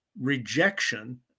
rejection